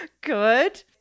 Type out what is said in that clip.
Good